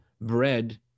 bread